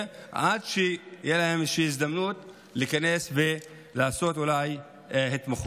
עד שתהיה להם הזדמנות להיכנס ולעשות אולי התמחות.